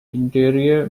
interior